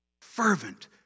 Fervent